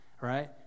right